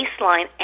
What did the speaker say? baseline